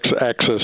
access